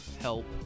help